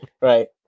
Right